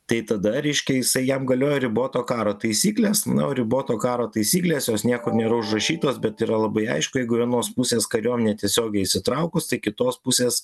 tai tada reiškias jam galioja riboto karo taisyklės nu riboto karo taisyklės jos niekur nėra užrašytos bet yra labai aišku jeigu vienos pusės kariuomenė netiesiogiai įsitraukus tai kitos pusės